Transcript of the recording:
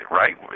right